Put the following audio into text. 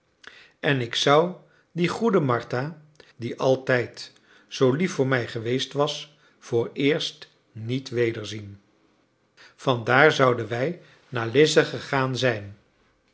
en ik zou die goede martha die altijd zoo lief voor mij geweest was vooreerst niet wederzien van daar zouden wij naar lize gegaan zijn